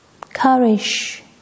courage